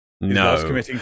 No